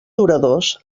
duradors